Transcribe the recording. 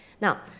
Now